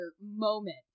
moment